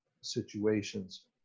situations